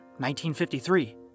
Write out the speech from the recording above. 1953